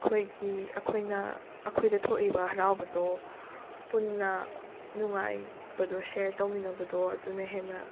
ꯑꯩꯈꯣꯏꯒꯤ ꯑꯩꯈꯣꯏꯅ ꯑꯩꯈꯣꯏꯗ ꯊꯣꯛꯏꯕ ꯍꯔꯥꯎꯕꯗꯣ ꯄꯨꯟꯅ ꯅꯨꯡꯉꯥꯏꯕꯗꯣ ꯁꯦꯌꯔ ꯇꯧꯃꯤꯟꯅꯕꯗꯣ ꯑꯗꯨꯅ ꯍꯦꯟꯅ